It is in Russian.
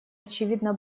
очевидно